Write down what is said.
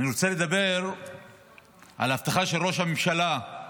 אני רוצה לדבר על הבטחה של ראש הממשלה לראשי